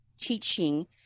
teaching